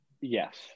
yes